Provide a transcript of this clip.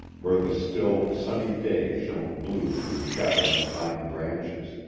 where the still, sunny day shone blue through shadowy pine branches.